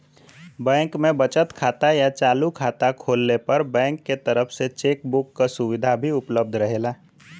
bank में बचत खाता या चालू खाता खोलले पर बैंक के तरफ से चेक बुक क सुविधा भी उपलब्ध रहेला